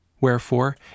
Wherefore